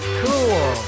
cool